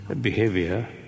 behavior